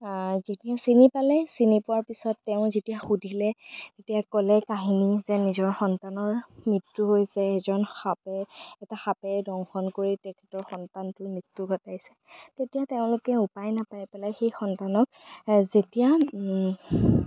যেতিয়া চিনি পালে চিনি পোৱাৰ পাছত তেওঁ যেতিয়া সুধিলে তেতিয়া ক'লে কাহিনী যে নিজৰ সন্তানৰ মৃত্যু হৈছে এজন সাপে এটা সাপে দংশন কৰি তেখেতৰ সন্তানটোৰ মৃত্যু ঘটাইছে তেতিয়া তেওঁলোকে উপায় নাপাই পেলাই সেই সন্তানক যেতিয়া